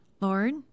Lord